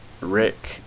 Rick